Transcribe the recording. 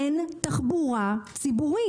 אין תחבורה ציבורית.